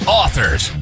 authors